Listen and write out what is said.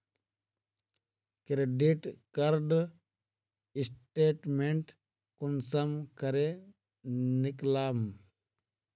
Credit card statement कुंसम करे निकलाम?